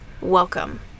welcome